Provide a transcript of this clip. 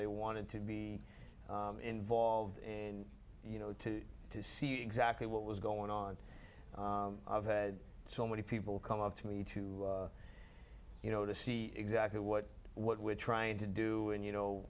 they wanted to be involved in you know to to see exactly what was going on i've had so many people come up to me to you know to see exactly what what we're trying to do and you know